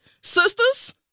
sisters